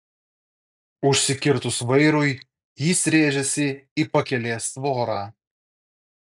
užsikirtus vairui jis rėžėsi į pakelės tvorą